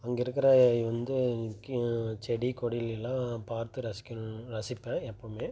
அங்கே இருக்கிற வந்து கி செடி கொடிகளையெல்லாம் பார்த்து ரசிக்கணும்னு ரசிப்பேன் எப்போவுமே